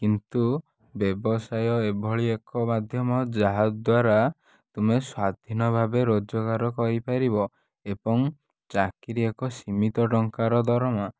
କିନ୍ତୁ ବ୍ୟବସାୟ ଏଭଳି ଏକ ମାଧ୍ୟମ ଯାହାଦ୍ଵାରା ତୁମେ ସ୍ଵାଧୀନ ଭାବେ ରୋଜଗାର କରିପାରିବ ଏବଂ ଚାକିରି ଏକ ସୀମିତ ଟଙ୍କାର ଦରମା